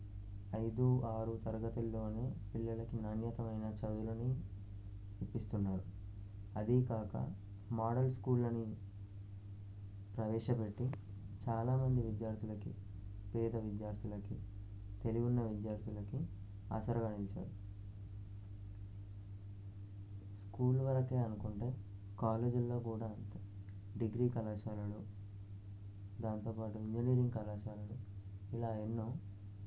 ఐదు ఆరు తరగతుల్లోనే పిల్లలకి నాణ్యతమైన చదువులను ఇప్పిస్తున్నారు అది కాక మోడల్ స్కూళ్ళని ప్రవేశపెట్టి చాలామంది విద్యార్థులకి పేద విద్యార్థులకి తెలివి ఉన్న విద్యార్థులకి ఆశ్రయం ఇచ్చాయి స్కూల్ వరకే అనుకుంటే కాలేజీల్లో కూడా డిగ్రీ కళాశాలలో దాంతోపాటు ఇంజనీరింగ్ కళాశాలలో ఇలా ఎన్నో